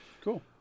Cool